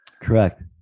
Correct